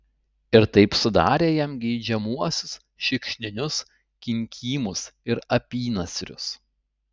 ir taip sudarė jam geidžiamuosius šikšninius kinkymus ir apynasrius